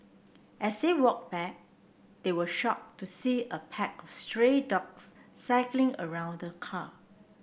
as they walked back they were shocked to see a pack of stray dogs circling around the car